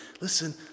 Listen